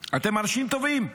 אתם אנשים טובים.